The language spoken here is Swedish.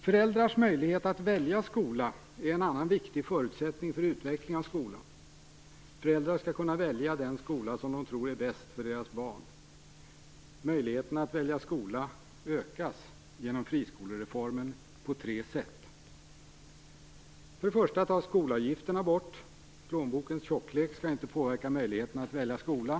Föräldrarnas möjlighet att välja skola är en annan viktig förutsättning för utveckling av skolan. Föräldrar skall kunna välja den skola som de tror är bäst för deras barn. Möjligheten att välja skola ökas genom friskolereformen på tre sätt. För det första tas skolavgifterna bort. Plånbokens tjocklek skall inte påverka möjligheten att välja skola.